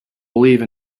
believe